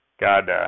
God